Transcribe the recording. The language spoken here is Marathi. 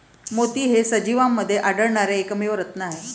मोती हे सजीवांमध्ये आढळणारे एकमेव रत्न आहेत